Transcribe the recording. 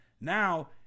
Now